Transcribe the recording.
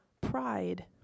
pride